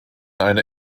eine